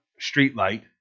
streetlight